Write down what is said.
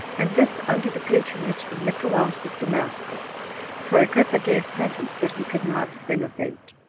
and this under the patronage of nicolaus of damascus for agrippa gave sentence that he could not innovate.